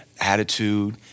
Attitude